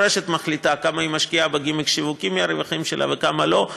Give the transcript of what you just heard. כל רשת מחליטה כמה היא משקיעה בגימיק שיווקי מהרווחים שלה וכמה לא.